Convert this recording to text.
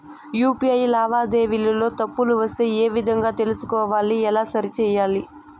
UPI లావాదేవీలలో తప్పులు వస్తే ఏ విధంగా తెలుసుకోవాలి? ఎలా సరిసేయాలి?